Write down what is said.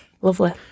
lovely